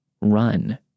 run